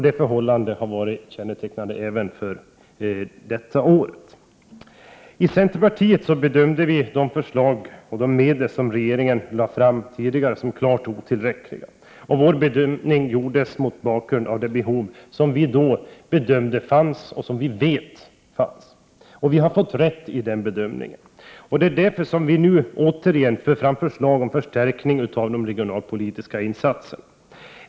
Detta förhållande har varit kännetecknande även för det här året. I centerpartiet bedömde vi de medel som regeringen tidigare föreslagit som klart otillräckliga. Vår bedömning gjordes mot bakgrunden av de behov som vi då ansåg föreligga. Vi har fått rätt i denna bedömning. Det är därför som vi nu återigen lägger fram förslag om förstärkning av de regionalpolitiska insatserna.